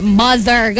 mother